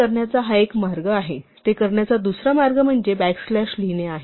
हे करण्याचा हा एक मार्ग आहे ते करण्याचा दुसरा मार्ग म्हणजे बॅक स्लॅश लिहिणे आहे